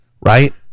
right